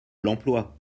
l’emploi